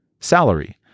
Salary